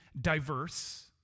diverse